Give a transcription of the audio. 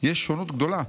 יש שונות גדולה,